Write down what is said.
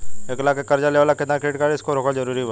एक लाख के कर्जा लेवेला केतना क्रेडिट स्कोर होखल् जरूरी बा?